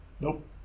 Nope